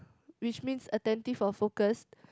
which means adaptive of focus